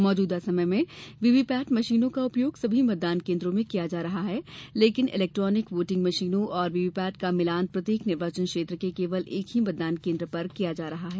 मौजूदा समय में वीवीपैट मशीनों का उपयोग सभी मतदान केंद्रों में किया जा रहा है लेकिन इलेक्ट्रॉनिक वोटिंग मशीनों और वीवीपैट का मिलान प्रत्येक निर्वाचन क्षेत्र के केवल एक ही मतदान केंद्र पर किया जा रहा है